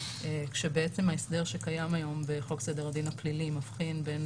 כשבעצם ההסדר שקיים היום בחוק סדר הדין הפלילי מבחין בין